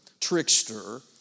trickster